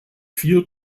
vier